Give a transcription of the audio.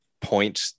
point